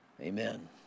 Amen